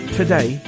today